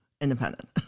independent